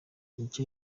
icyo